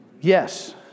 Yes